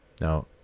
Now